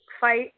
fight